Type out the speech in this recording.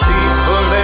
People